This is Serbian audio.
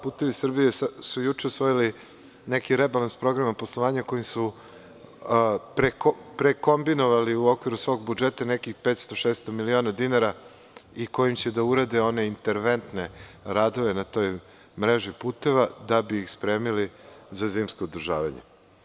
Putevi Srbije“ su juče usvojili neki rebalans programa poslovanja kojim su prekombinovali u okviru svog budžeta nekih 500-600 miliona dinara i kojim će da urade one interventne radove na toj mreži puteva da bi ih spremili za zimsko održavanje.